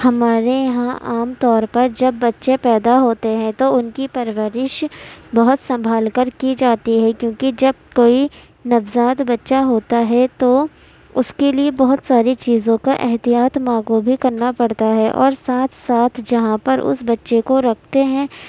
ہمارے یہاں عام طور پر جب بچے پیدا ہوتے ہیں تو ان کی پرورش بہت سنبھال کر کی جاتی ہے کیونکہ جب کوئی نوذات بچہ ہوتا ہے تو اس کے لیے بہت ساری چیزوں کا احتیاط ماں کو بھی کرنا پڑتا ہے اور ساتھ ساتھ جہاں پر اس بچہ کو رکھتے ہیں